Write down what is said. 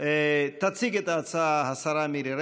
הצעת החוק אושרה בקריאה